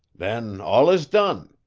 den all is done.